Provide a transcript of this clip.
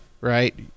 right